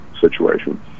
situation